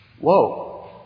Whoa